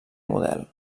model